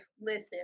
Listen